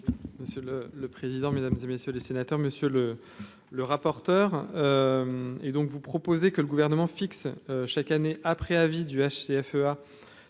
monsieur le le président, mesdames et messieurs les sénateurs, Monsieur le. Le rapporteur. Et donc vous proposer que le gouvernement fixe chaque année après avis du HCA